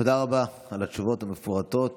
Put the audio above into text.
תודה רבה על התשובות המפורטות